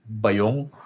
bayong